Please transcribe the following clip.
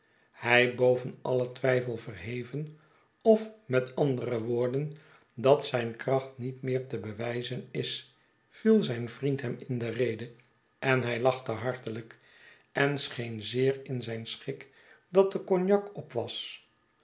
hy boven alien twyfel verheven of met andere woorden dat zijn kracht niet meer te bewijzen is viel zijn vriend hem in de rede en hij lachte hartelijk en scheen zeer in zijn schik dat de cognac op was